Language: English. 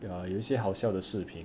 err 有些好笑的视频